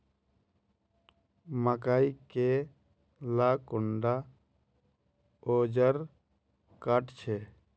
मकई के ला कुंडा ओजार काट छै?